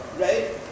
right